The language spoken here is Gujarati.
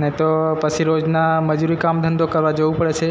નહીં તો પછી રોજના મજૂરી કામ ધંધો કરવા જવું પડે છે